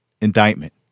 indictment